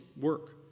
work